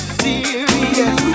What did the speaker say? serious